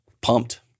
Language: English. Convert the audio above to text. pumped